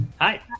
Hi